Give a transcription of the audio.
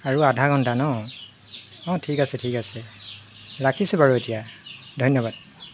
আৰু আধা ঘণ্টা ন অঁ ঠিক আছে ঠিক আছে ৰাখিছোঁ বাৰু এতিয়া ধন্যবাদ